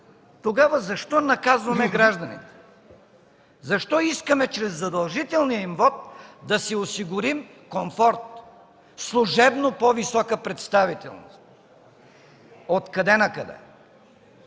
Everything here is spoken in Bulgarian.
Тогава защо наказваме гражданите? Защо искаме чрез задължителния им вот да си осигурим комфорт, служебно по-висока представителност? Откъде накъде?